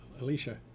Alicia